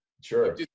sure